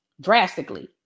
drastically